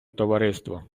товариство